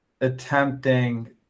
attempting